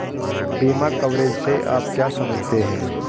बीमा कवरेज से आप क्या समझते हैं?